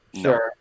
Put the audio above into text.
Sure